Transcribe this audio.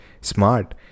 smart